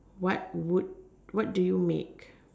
what would what do you make